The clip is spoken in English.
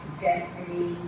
Destiny